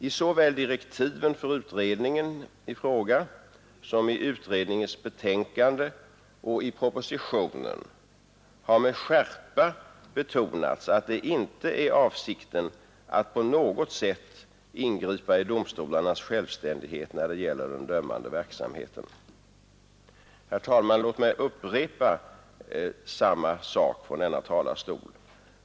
I såväl direktiven för utredningen i fråga som i utredningens betänkande och i propositionen har det med skärpa betonats att det inte är avsikten att på något sätt ingripa i domstolarnas självständighet när det gäller den dömande verksamheten. Låt mig, herr talman, upprepa samma sak från denna talarstol.